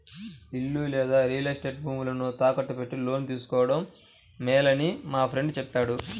ఇల్లు లేదా real estate భూములను తాకట్టు పెట్టి లోను తీసుకోడం మేలని మా ఫ్రెండు చెప్పాడు